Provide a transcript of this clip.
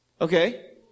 Okay